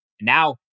Now